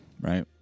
right